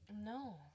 No